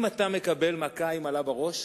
אם אתה מקבל מכה עם אלה בראש,